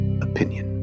opinion